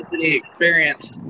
experience